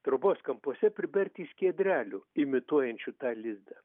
trobos kampuose priberti skiedrelių imituojančių tą lizdą